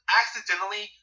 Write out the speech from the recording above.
accidentally